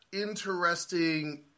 interesting